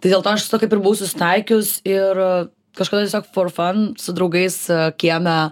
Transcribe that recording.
tai dėl to aš kaip ir buvau susitaikius ir kažkada tiesiog for fan su draugais kieme